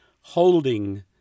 holding